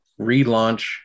relaunch